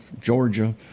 Georgia